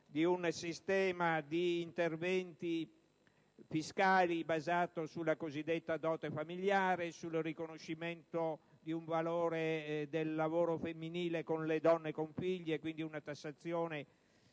di un sistema di interventi fiscali basato sulla cosiddetta dote familiare e sul riconoscimento del valore del lavoro femminile, soprattutto delle donne con figli, con un abbassamento